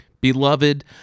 Beloved